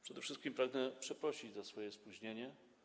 Przede wszystkim pragnę przeprosić za swoje spóźnienie.